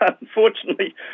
Unfortunately